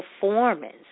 performance